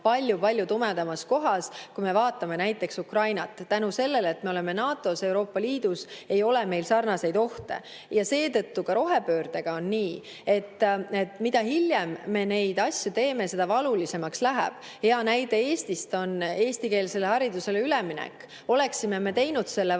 palju-palju tumedamas kohas, vaatame näiteks Ukrainat. Tänu sellele, et me oleme NATO‑s ja Euroopa Liidus, ei ole meil sarnaseid ohte. Seetõttu on ka rohepöördega nii, et mida hiljem me neid asju teeme, seda valulisemaks läheb. Hea näide Eestist on eestikeelsele haridusele üleminek. Oleksime me teinud selle varem,